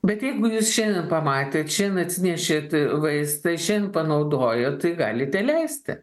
bet jeigu jūs šiandien pamatėt šian atsinešėt vaistą šian panaudojot tai galite leisti